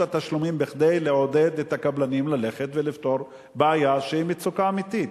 התשלומים כדי לעודד את הקבלנים ללכת ולפתור בעיה שהיא מצוקה אמיתית.